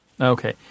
Okay